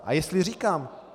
A jestli říkám...